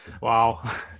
wow